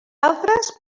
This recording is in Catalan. altres